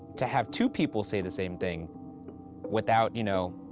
to have two people say the same thing without, you know,